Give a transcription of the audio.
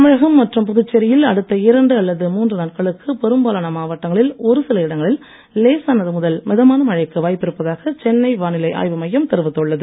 தமிழகம் மற்றும் புதுச்சேரியில் அடுத்த இரண்டு அல்லது மூன்று நாட்களுக்கு பெரும்பாலான மாவட்டங்களில் ஒரு சில இடங்களில் லேசானது முதல் மிதமான மழைக்கு வாய்ப்பிருப்பதாக சென்னை வானிலை ஆய்வு மையம் தெரிவித்துள்ளது